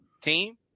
team